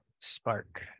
spark